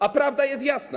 A prawda jest jasna.